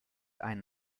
einen